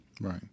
Right